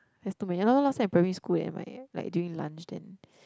has too many I know last time in primary school like during lunch then